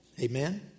Amen